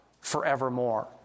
forevermore